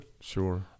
Sure